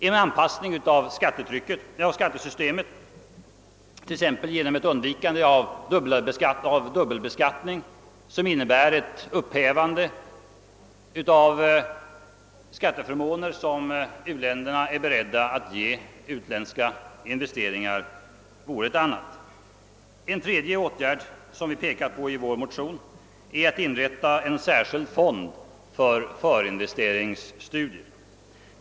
En anpassning av skattesystemet, t.ex. genom ett undvikande av dubbelbeskattning som upphäver effekten av skatteförmåner som u-länderna är beredda att ge utländska investerare, är ett annat sådant instrument. En tredje åtgärd som vi pekar på i våra motioner är att inrätta en särskild fond för förinvesteringsstudier.